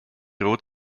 rot